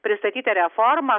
pristatytą reformą